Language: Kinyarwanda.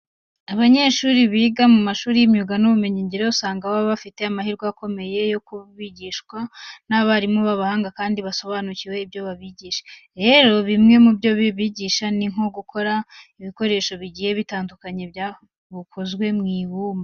Abanyeshuri biga mu mashuri y'imyuga n'ubumenyingiro, usanga baba bafite amahirwe akomeye yo kuba bigishwa n'abarimu b'abahanga kandi basobanukiwe ibyo baba bigisha. Rero bimwe mu byo babigisha ni nko gukora ibikoresho bigiye bitandukanye bukozwe mu ibumba.